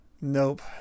Nope